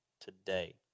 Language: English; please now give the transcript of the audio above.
today